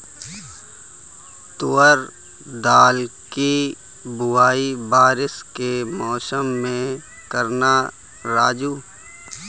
तुवर दाल की बुआई बारिश के मौसम में करना राजू